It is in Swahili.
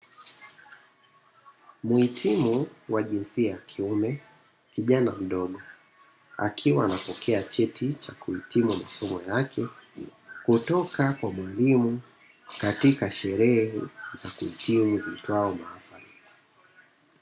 Muhitimu wa jinsia ya kiume kijana mdogo akiwa anapokea cheti cha kuhitimu masomo yake kutoka kwa mwalimu katika sherehe za kuhitimu iitwayo mahafali.